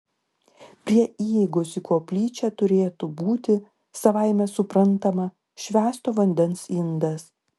prie įeigos į koplyčią turėtų būti savaime suprantama švęsto vandens indas